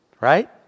right